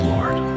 Lord